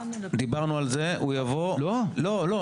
אנחנו שמענו את ההערות האלה לאורך כל